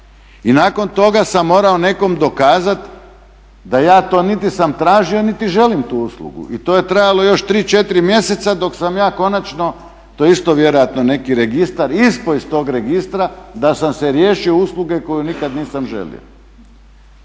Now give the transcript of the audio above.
I nakon toga sam morao nekom dokazati da ja to niti sam tražio, niti želim tu uslugu. I to je trajalo još tri, četiri mjeseca dok sam ja konačno to je isto vjerojatno neki registar ispao iz tog registra da sam se riješio usluge koju nikad nisam želio.